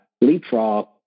leapfrog